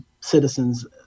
citizens